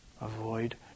avoid